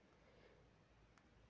कीटनाशक के प्रकार के होथे?